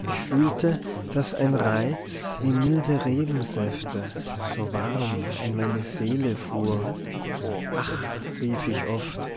ich fühlte dass ein reiz wie milde rebensäfte so warm in meine seele fuhr ach rief ich oft